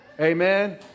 Amen